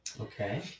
Okay